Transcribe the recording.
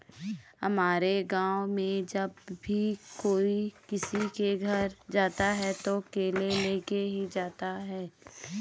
हमारे गाँव में जब भी कोई किसी के घर जाता है तो केले लेके ही जाता है